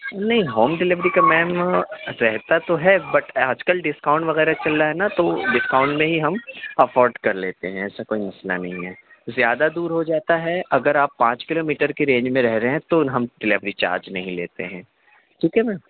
نہیں home delivery کا میم رہتا ہے تو بٹ آج کل ڈسکاؤنٹ وغیرہ چل رہا ہے نا تو ڈسکاؤنٹ میں ہی ہم افورڈ کر لیتے ہیں ایسا کوئی مسئلہ نہیں ہے زیادہ دور ہو جاتا ہے اگر آپ پانچ کلو میٹر کے رینج میں رہ رہے ہیں تو ہم ڈیلیوری چارج نہیں لیتے ہیں ٹھیک ہے نا